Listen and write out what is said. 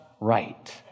right